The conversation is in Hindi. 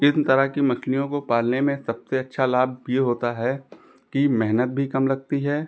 इन तरह की मछलियों को पालने में सबसे अच्छा लाभ यह होता है कि मेहनत भी कम लगती है